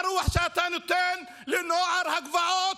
ברוח שאתה נותן לנוער הגבעות,